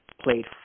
played